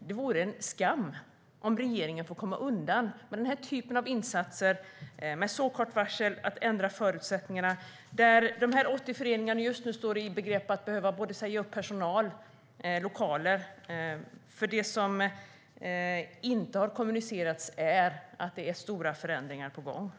det vore en skam om regeringen fick komma undan med den här typen av insatser med så kort varsel för de ändrade förutsättningarna. Dessa 80 föreningar står just nu inför att behöva säga upp både personal och lokaler, för det som inte har kommunicerats är att det är stora förändringar på gång.